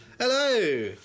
Hello